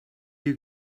you